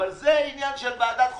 אבל זה עניין של ועדת חוקה,